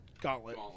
gauntlet